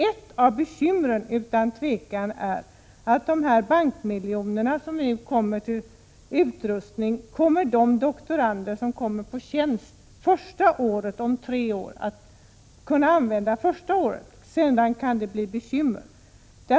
Ett av bekymren, utan tvekan, är att dessa bankmiljoner som man fått till utrustning kommer att kunna användas i doktorandtjänsten endast första året av treårsperioden. Sedan kan det bli bekymmer.